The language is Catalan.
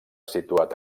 situat